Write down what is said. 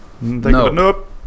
Nope